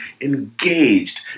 engaged